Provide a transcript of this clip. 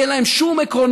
כי אין להם שום עקרונות